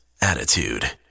Attitude